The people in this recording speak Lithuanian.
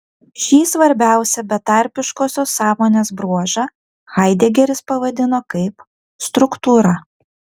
šį svarbiausią betarpiškosios sąmonės bruožą haidegeris pavadino kaip struktūra